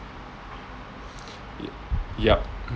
yup